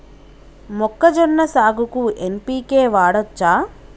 మొక్కజొన్న సాగుకు ఎన్.పి.కే వాడచ్చా?